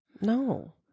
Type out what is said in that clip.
No